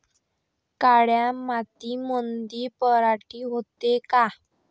काळ्या मातीमंदी पराटी होते का?